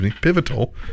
pivotal